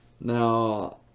Now